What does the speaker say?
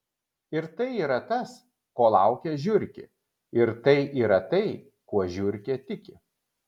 ir tai yra tas ko laukia žiurkė ir tai yra tai kuo žiurkė tiki